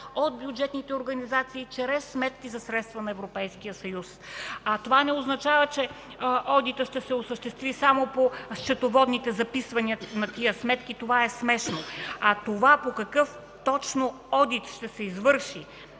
от бюджетните организации чрез сметки за средства на Европейския съюз.” Това не означава, че одитът ще се осъществи само по счетоводните записвания на тези сметки. Това е смешно. По какъв точно одит ще се извърши